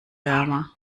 wärmer